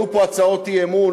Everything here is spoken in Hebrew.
עלו פה הצעות אי-אמון,